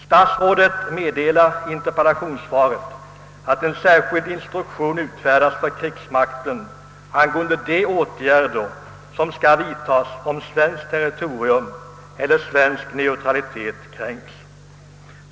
Statsrådet meddelar i interpellationssvaret att en särskild instruktion utfärdats för krigsmakten angående de åtgärder som skall vidtas, om svenskt territorium eller svensk neutralitet kränks.